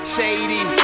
Shady